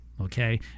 okay